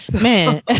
Man